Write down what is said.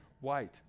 white